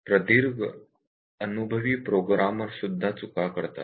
प्रदीर्घ अनुभवी प्रोग्रामर सुद्धा चुका करतात